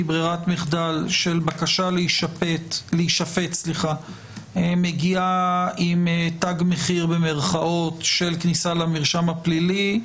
ברירת מחדל של בקשה להישפט שמגיעה עם "תג מחיר" של כניסה למרשם הפלילי,